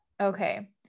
okay